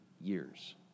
years